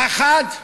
האחד,